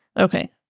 Okay